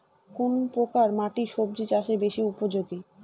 কোন প্রকার মাটি সবজি চাষে বেশি উপযোগী?